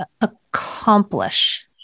accomplish